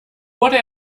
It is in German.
wurde